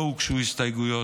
לא הוגשו הסתייגויות.